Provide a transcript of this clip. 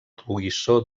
toisó